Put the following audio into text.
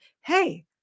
hey